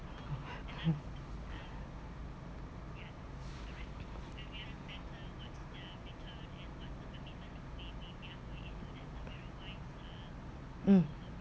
um